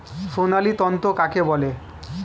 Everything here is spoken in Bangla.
সোনালী তন্তু কাকে বলে?